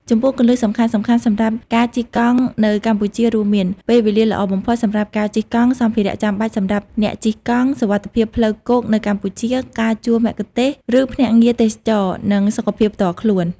ចំពោះ គន្លឹះសំខាន់ៗសម្រាប់ការជិះកង់នៅកម្ពុជារួមមាន ពេលវេលាល្អបំផុតសម្រាប់ការជិះកង់ សម្ភារៈចាំបាច់សម្រាប់អ្នកជិះកង់ សុវត្ថិភាពផ្លូវគោកនៅកម្ពុជា ការជួលមគ្គុទ្ទេសក៍ឬភ្នាក់ងារទេសចរណ៍ និងសុខភាពផ្ទាល់ខ្លួន។